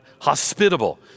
hospitable